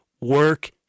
work